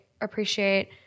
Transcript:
appreciate